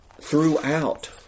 throughout